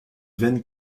veine